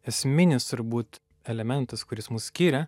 esminis turbūt elementas kuris mus skiria